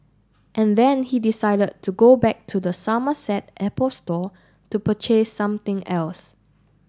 and then he decided to go back to the Somerset Apple Store to purchase something else